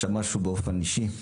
עכשיו משהו באופן אישי.